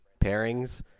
pairings